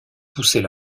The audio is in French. poussait